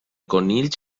conills